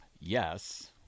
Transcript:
yes